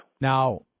Now